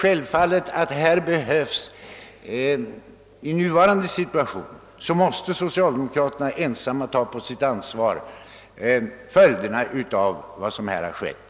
Därför måste socialdemokraterna ensamma ta på sitt ansvar följderna av vad som har skett.